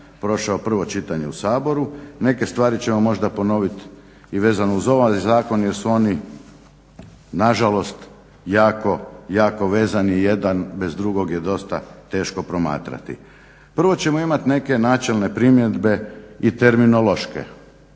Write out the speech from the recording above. Prvo ćemo imati neke načelne primjedbe i terminološke.